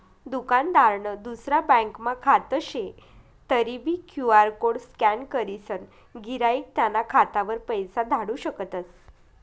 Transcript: दुकानदारनं दुसरा ब्यांकमा खातं शे तरीबी क्यु.आर कोड स्कॅन करीसन गिराईक त्याना खातावर पैसा धाडू शकतस